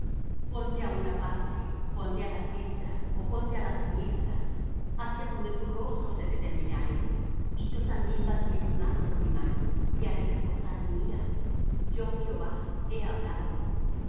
ponte á una parte ponte á la diestra ó ponte á la siniestra hacia donde tu rostro se determinare y yo también batiré mi mano con mi mano y haré reposar mi ira yo jehová he hablado